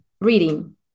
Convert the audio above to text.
reading